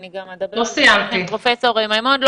אני גם אדבר על זה עם פרופ' מימון.